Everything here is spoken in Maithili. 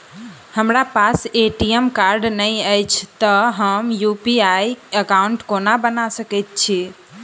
हमरा पास ए.टी.एम कार्ड नहि अछि तए हम यु.पी.आई एकॉउन्ट कोना बना सकैत छी